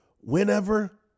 Whenever